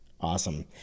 Awesome